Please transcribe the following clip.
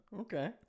Okay